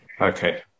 Okay